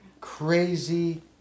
crazy